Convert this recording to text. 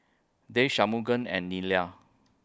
Dev Shunmugam and Neila